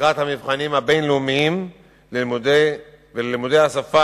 לקראת המבחנים הבין-לאומיים ללימודי השפה,